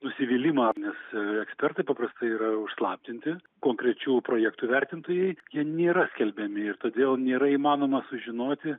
nusivylimą nes ekspertai paprastai yra užslaptinti konkrečių projektų vertintojai jie nėra skelbiami ir todėl nėra įmanoma sužinoti